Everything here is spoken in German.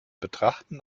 betrachten